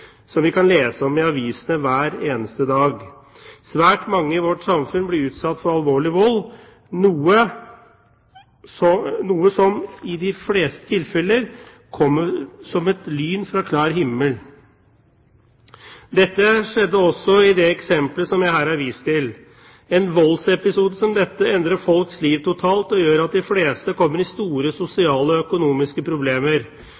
som vi kan lese om i avisene hver eneste dag. Svært mange i vårt samfunn blir utsatt for alvorlig vold, noe som i de fleste tilfeller kommer som lyn fra klar himmel. Det skjedde også i det eksempelet som jeg her har vist til. En voldsepisode som dette endrer folks liv totalt og gjør at de fleste får store sosiale og økonomiske problemer.